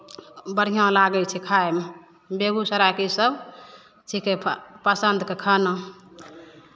बढ़िआँ लागै छै खाइमे बेगूसरायके इसभ छिकै फ पसन्दके खाना